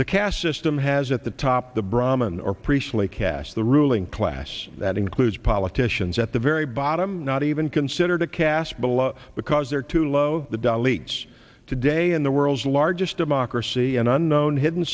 the caste system has at the top the brahman or priestly caste the ruling class that includes politicians at the very bottom not even considered a caste below because they're too low the doll eats today in the world's largest democracy an unknown hidden